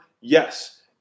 Yes